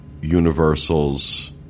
Universal's